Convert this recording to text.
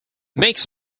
makes